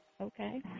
okay